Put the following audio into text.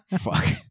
Fuck